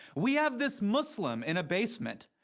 we have this muslim in a basement.